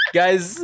guys